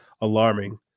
alarming